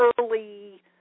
early